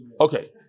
Okay